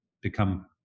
become